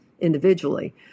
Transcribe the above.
individually